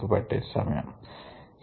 కు పట్టె సమయం